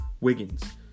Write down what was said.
Wiggins